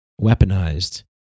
weaponized